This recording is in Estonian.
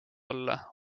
olla